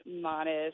modest